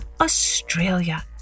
Australia